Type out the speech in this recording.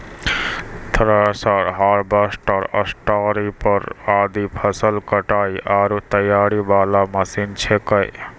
thresher, harvester, stripper आदि फसल कटाई आरो तैयारी वाला मशीन छेकै